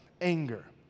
anger